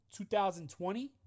2020